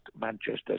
Manchester